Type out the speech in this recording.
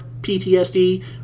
PTSD